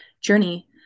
journey